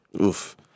Oof